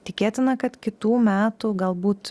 tikėtina kad kitų metų galbūt